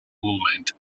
movement